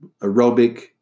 aerobic